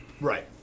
right